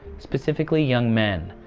specifically young men.